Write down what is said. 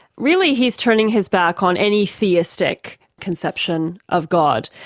really he's turning his back on any theistic conception of god.